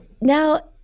Now